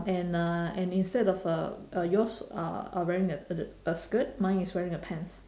and uh and instead of uh uh yours uh are wearing a a skirt mine is wearing a pants